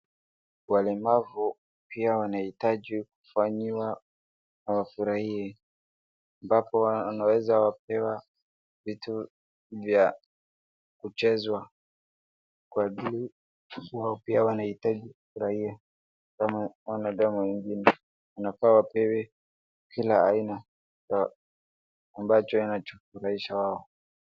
Walemavu pia wanahitaji kufanyiwa wafurahie ambapo wanaweza pewa vitu vya kuchezwa kwa ajili pia wao wanahitaji wafurahie kama wanadamu wengine. Wanafaa wapewe kila aina ya ambacho inachofurahisha wao.